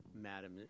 Madam